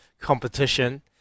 competition